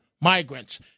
migrants